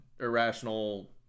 irrational